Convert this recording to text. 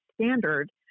standard